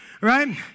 right